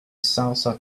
salsa